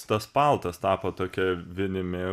tas paltas tapo tokia vinimi